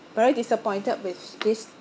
very disappointed with this